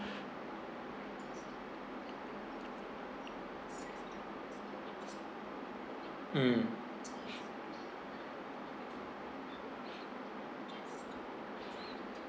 mm